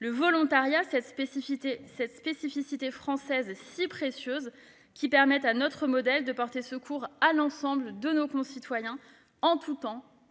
Le volontariat, c'est cette spécificité française si précieuse qui permet à notre modèle de porter secours à l'ensemble de nos concitoyens, en tout temps,